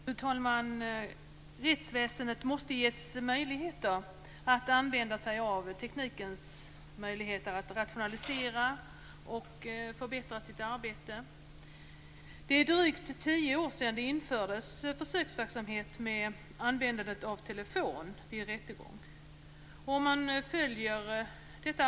Fru talman! Rättsväsendet måste ges möjligheter att använda sig av teknikens möjligheter för att rationalisera och förbättra sitt arbete. Det är drygt tio år sedan det infördes försöksverksamhet med användandet av telefon vid rättegång.